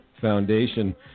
Foundation